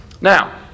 Now